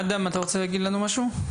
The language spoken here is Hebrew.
אדם, אתה רוצה להגיד לנו משהו?